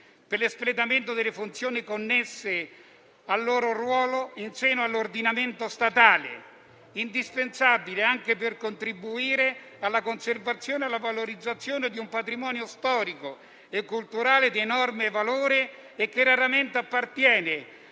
per l'espletamento delle funzioni connesse al loro ruolo in seno all'ordinamento statale, indispensabile anche per contribuire alla conservazione e alla valorizzazione di un patrimonio storico e culturale di enorme valore che raramente appartiene